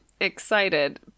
excited